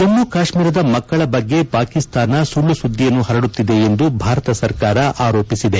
ಜಮ್ಮು ಕಾಶ್ಮೀರದ ಮಕ್ಕಳ ಬಗ್ಗೆ ಪಾಕಿಸ್ತಾನ ಸುಳ್ಳು ಸುದ್ದಿಯನ್ನು ಹರಡುತ್ತಿದೆ ಎಂದು ಭಾರತ ಸರ್ಕಾರ ಆರೋಪಿಸಿದೆ